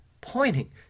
pointing